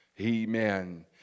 Amen